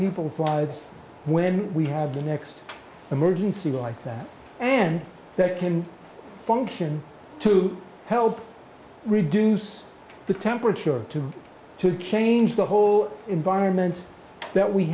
people's lives when we have the next emergency like that and that came function to help reduce the temperature to to change the whole environment that we